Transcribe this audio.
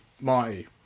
Marty